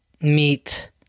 meet